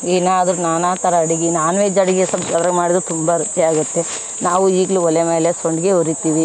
ಏನಾದರು ನಾನಾಥರ ಅಡಿಗೆ ನಾನ್ವೆಜ್ ಅಡಿಗೆ ಸ್ವಲ್ಪ್ ಅದ್ರಗೆ ಮಾಡಿದ್ದು ತುಂಬ ರುಚಿಯಾಗಿರುತ್ತೆ ನಾವು ಈಗಲು ಒಲೆ ಮೇಲೆ ಸಂಡ್ಗೆ ಹುರಿತೀವಿ